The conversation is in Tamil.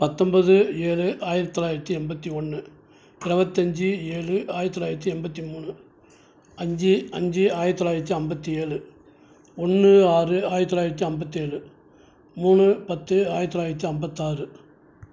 பத்தொன்பது ஏழு ஆயிரத்து தொளாயிரத்து எண்பத்தி ஒன்று இருவத்தஞ்சி ஏழு ஆயிரத்து தொளாயிரத்து எண்பத்தி மூணு அஞ்சு அஞ்சு ஆயிரத்து தொளாயிரத்து ஐம்பத்தி ஏழு ஒன்று ஆறு ஆயிரத்து தொளாயிரத்து ஐம்பத்தி ஏழு மூணு பத்து ஆயிரத்து தொளாயிரத்து ஐம்பத்தாறு